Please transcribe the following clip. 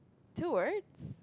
two words